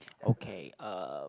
okay um